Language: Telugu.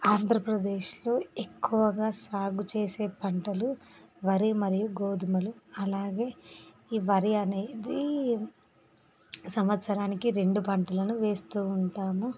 ఆంధ్రప్రదేశ్లో ఎక్కువగా సాగు చేసే పంటలు వరి మరియు గోధుమలు అలాగే ఈ వరి అనేది సంవత్సరానికి రెండు పంటలను వేస్తు ఉంటాము